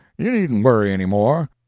you needn't worry any more.